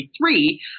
three